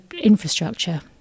infrastructure